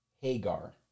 Hagar